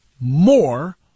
More